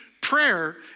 prayer